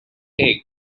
egg